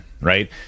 right